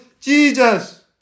Jesus